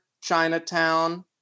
chinatown